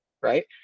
right